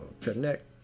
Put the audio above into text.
connect